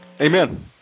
Amen